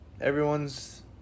everyone's